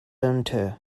hunter